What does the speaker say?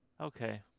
okay